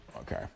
okay